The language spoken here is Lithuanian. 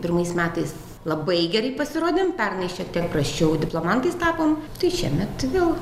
pirmais metais labai gerai pasirodėm pernai šiek tiek prasčiau diplomantais tapom tai šiemet vėl